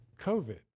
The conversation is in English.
COVID